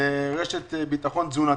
לרשת ביטחון תזונתי.